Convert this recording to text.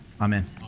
amen